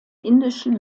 indischen